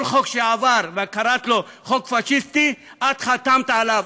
כל חוק שעבר ואת קראת לו "חוק פאשיסטי" את חתמת עליו,